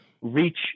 reach